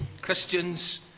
Christians